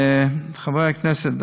חברי הכנסת,